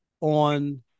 On